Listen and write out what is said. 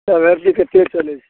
दिक्कते चलै छै